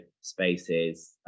spaces